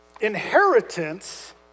inheritance